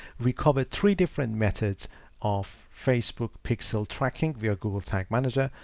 we covered three different methods of facebook pixel tracking via google tag manager.